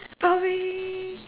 probably